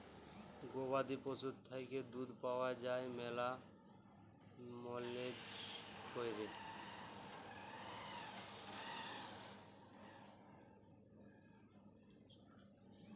গবাদি পশুর থ্যাইকে দুহুদ পাউয়া যায় ম্যালা ম্যালেজ ক্যইরে